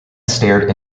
stared